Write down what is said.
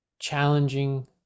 challenging